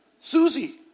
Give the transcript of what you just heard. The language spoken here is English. Susie